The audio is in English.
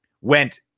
went